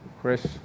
Chris